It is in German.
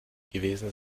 gewesen